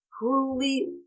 truly